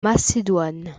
macédoine